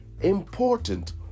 important